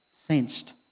sensed